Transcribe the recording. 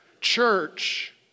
Church